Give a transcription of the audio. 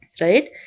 Right